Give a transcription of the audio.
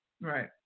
Right